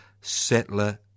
settler